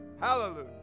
Hallelujah